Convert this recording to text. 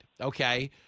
okay